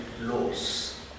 laws